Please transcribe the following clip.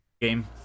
game